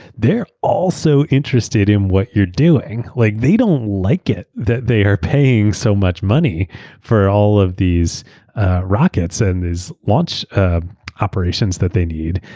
they're also interested in what you're doing. like they don't like it that they are paying so much money for all of these rockets and these launch ah operations that they need.